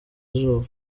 izuba